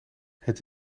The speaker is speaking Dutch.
het